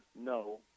No